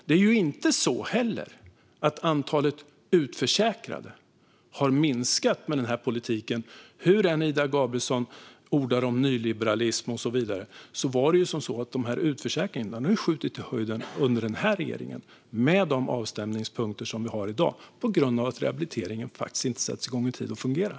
Det är heller inte så att antalet utförsäkrade har minskat med den politik som förs. Hur mycket Ida Gabrielsson än ordar om nyliberalism och så vidare är det under den här regeringen som utförsäkringarna har skjutit i höjden, med de avstämningspunkter som vi har i dag, på grund av att rehabiliteringen inte sätts igång i tid och inte fungerar.